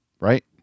Right